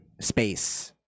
space